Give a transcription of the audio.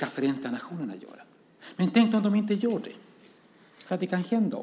att Förenta nationerna ska göra detta, men tänk om de inte gör det? Det kan också hända.